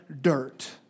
dirt